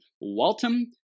Waltham